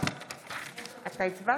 אתה הצבעת.